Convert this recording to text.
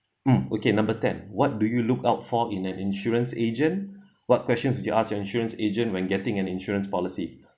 mm okay number ten what do you look out for in an insurance agent what question would you ask your insurance agent when getting an insurance policy